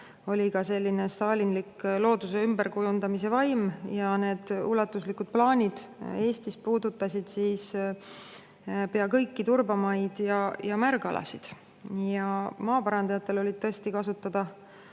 oli ka stalinlik looduse ümberkujundamise vaim ja need ulatuslikud plaanid Eestis puudutasid pea kõiki turbamaid ja märgalasid. Maaparandajatel olid tõesti kasutada